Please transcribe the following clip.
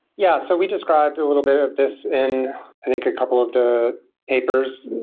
yeah, so we described a little bit of this in i think a couple of the papers.